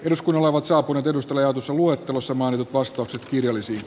eduskunnalla ovat saapuneet edusta verotusluettelossa maan ostokset täydentämisestä